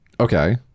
Okay